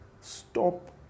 Stop